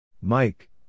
Mike